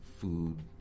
food